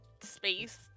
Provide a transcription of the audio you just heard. space